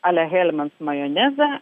ale helmans majonezą